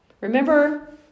Remember